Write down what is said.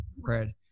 red